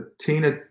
Tina